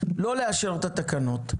לא לאשר את התקנות,